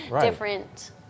different